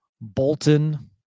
Bolton